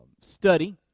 study